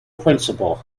principal